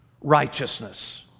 righteousness